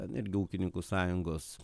ten irgi ūkininkų sąjungos